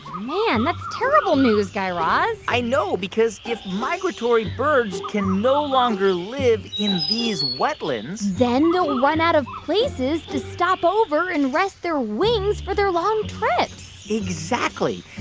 man, that's terrible news, guy raz i know, because if migratory birds can no longer live in these wetlands. then they'll run out of places to stop over and rest their wings for their long trips exactly.